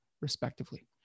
respectively